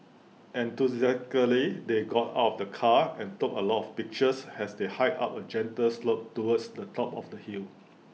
enthusiastically they got out of the car and took A lot of pictures as they hiked up A gentle slope towards the top of the hill